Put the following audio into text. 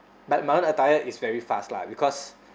but my own attire is very fast lah because